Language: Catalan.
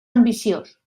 ambiciós